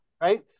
Right